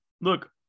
look